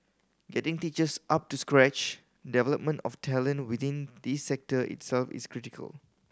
getting teachers up to scratch development of talent within this sector itself is critical